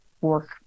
work